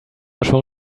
schon